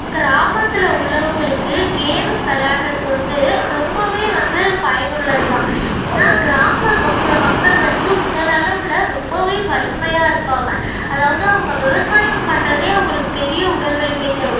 கிராமத்தில் உள்ளவங்ளுக்கு கேம்ஸ் விளையாடுறது வந்து ரொம்பவே வந்து பயனுள்ளது தான் ஏன்னால் கிராமப்புற மக்கள் வந்து உடல் அளவில் ரொம்பவே வலிமையாக இருப்பாங்க அதாவது அவங்க விவசாயம் பண்ணுறதே அவங்களுக்கு பெரிய உடல் வலிமை தரும்